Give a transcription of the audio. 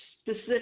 specific